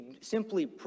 simply